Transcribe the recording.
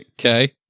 Okay